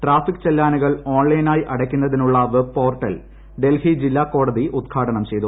traffic ചെല്ലാനുകൾ ഓൺലൈനായി അടയ്ക്കുന്നതിനുളള വെബ് പോർട്ടൽ ഡൽഹി ജില്ലാ കോടതി ഉദ്ഘാടനം ചെയ്തു